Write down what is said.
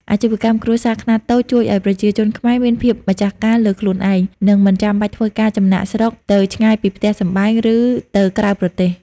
អាជីវកម្មគ្រួសារខ្នាតតូចជួយឱ្យប្រជាជនខ្មែរមានភាពម្ចាស់ការលើខ្លួនឯង និងមិនចាំបាច់ធ្វើការចំណាកស្រុកទៅឆ្ងាយពីផ្ទះសម្បែង ឬទៅក្រៅប្រទេស។